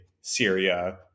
Syria